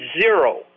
zero